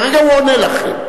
כרגע הוא עונה לכם.